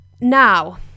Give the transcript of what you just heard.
Now